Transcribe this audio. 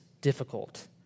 difficult